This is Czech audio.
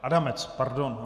Adamec. Pardon.